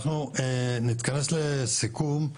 אנחנו נתכנס לסיכום,